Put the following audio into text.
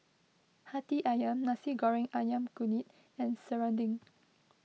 Hati Ayam Nasi Goreng Ayam Kunyit and Serunding